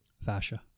Fascia